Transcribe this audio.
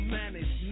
manage